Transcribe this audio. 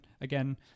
again